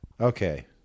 okay